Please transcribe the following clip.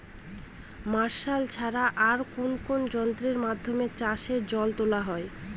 Martial ছাড়া আর কোন কোন যন্ত্রেরর মাধ্যমে চাষের জল তোলা হয়?